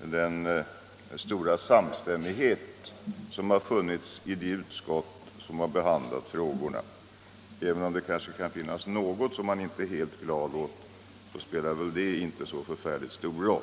har glatt oss åt den stora samstämmigheten i de båda utskott som har behandlat dessa frågor — även om det ibland kanske har funnits vissa saker som man inte varit helt glad åt, har man ändå inte tyckt att det spelat så förfärligt stor roll.